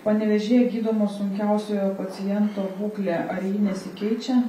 panevėžyje gydomo sunkiausiojo paciento būklė ar ji nesikeičia